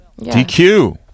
DQ